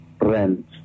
rent